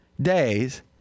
days